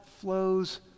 flows